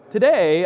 Today